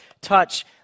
Touch